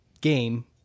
game